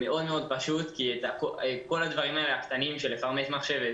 זה מאוד מעוד פשוט כי את כל הדברים הקטנים האלה של לפרמט מחשב,